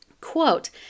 Quote